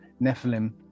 Nephilim